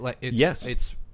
yes